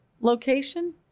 location